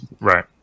Right